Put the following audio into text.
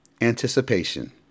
anticipation